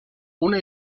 una